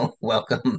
welcome